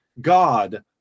God